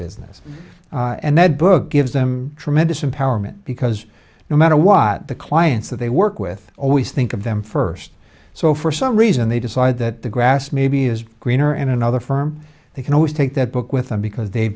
business and that book gives them tremendous empowerment because no matter what the clients that they work with always think of them first so for some reason they decide that the grass maybe is greener in another firm they can always take that book with them because they